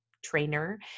trainer